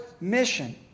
mission